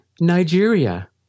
Nigeria